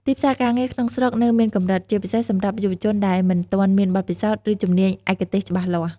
ទីផ្សារការងារក្នុងស្រុកនៅមានកម្រិត ជាពិសេសសម្រាប់យុវជនដែលមិនទាន់មានបទពិសោធន៍ ឬជំនាញឯកទេសច្បាស់លាស់។